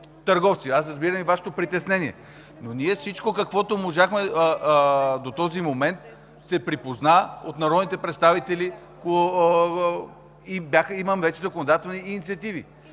търговци, разбирам и Вашето притеснение. Но всичко, каквото можахме до този момент, се припозна от народните представители и вече има законодателни инициативи.